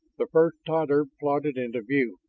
the first tatar plodded into view,